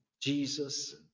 Jesus